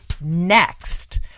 next